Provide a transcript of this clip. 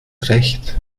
recht